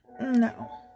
no